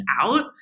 out